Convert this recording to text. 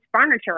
furniture